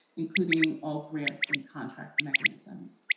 including all grants and contracts mechanisms.